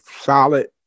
solid